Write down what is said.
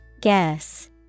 Guess